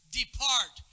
depart